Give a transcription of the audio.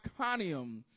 Iconium